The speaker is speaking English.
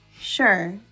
Sure